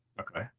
Okay